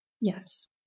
Yes